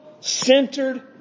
centered